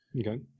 Okay